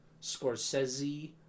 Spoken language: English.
Scorsese